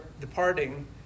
departing